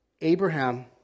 Abraham